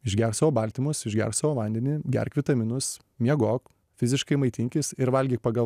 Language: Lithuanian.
išgerk savo baltymus išgerk savo vandenį gerk vitaminus miegok fiziškai maitinkis ir valgyk pagal